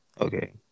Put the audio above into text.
Okay